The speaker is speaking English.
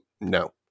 No